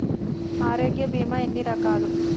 ఆరోగ్య బీమా ఎన్ని రకాలు?